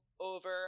over